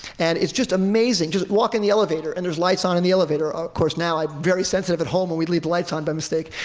and it's just amazing, walk in the elevator, and there's lights on in the elevator. of course, now i'm very sensitive at home when we leave the lights on by mistake.